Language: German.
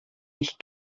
nicht